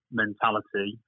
mentality